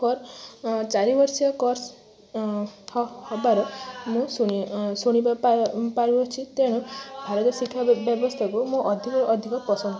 for ଚାରିବର୍ଷିଆ course ହେବାର ମୁଁ ଶୁଣି ଶୁଣିବା ପାଉଅଛି ତେଣୁ ଭାରତୀୟ ଶିକ୍ଷା ବ୍ୟବସ୍ଥାକୁ ମୁଁ ଅଧିକରୁ ଅଧିକ ପସନ୍ଦ